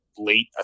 late